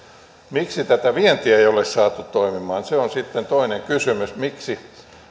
miksi tätä vientiä ei ole saatu toimimaan se on sitten toinen kysymys miksi